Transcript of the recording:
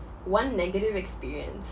one negative experience